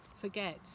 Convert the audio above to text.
forget